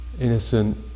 innocent